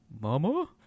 Mama